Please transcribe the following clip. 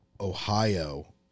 Ohio